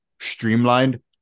streamlined